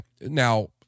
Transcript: now